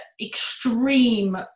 extreme